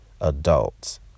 adults